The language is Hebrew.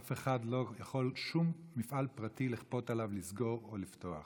אף אחד לא יכול לכפות על שום מפעל פרטי לסגור או לפתוח,